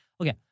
okay